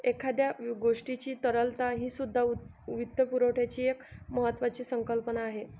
एखाद्या गोष्टीची तरलता हीसुद्धा वित्तपुरवठ्याची एक महत्त्वाची संकल्पना आहे